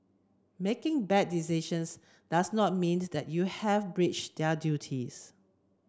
making bad decisions does not mean that you have breach their duties